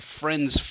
friends